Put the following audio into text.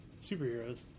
superheroes